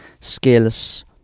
skills